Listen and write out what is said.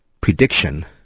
prediction